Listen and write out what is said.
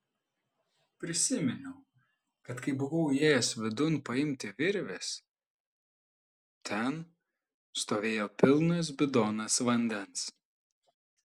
prisiminiau kad kai buvau įėjęs vidun paimti virvės ten stovėjo pilnas bidonas vandens